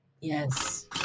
yes